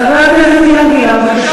חבר הכנסת אילן גילאון,